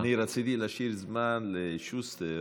אני רציתי להשאיר זמן לשוסטר,